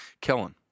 Kellen